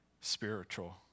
spiritual